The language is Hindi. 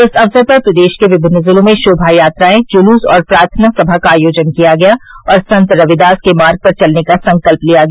इस अवसर पर प्रदेश के विभिन्न जिलों में शोभा यात्राएं जुलूस और प्रार्थना सभा का आयोजन किया गया और संत रविदास के मार्ग पर चलने का संकल्प लिया गया